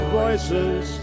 voices